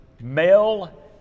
male